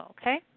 okay